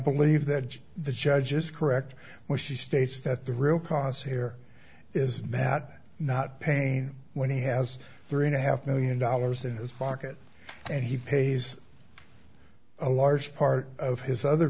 believe that the judge is correct when she states that the real cost here is that not pain when he has three and a half million dollars in his pocket and he pays a large part of his other